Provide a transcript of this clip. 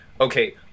okay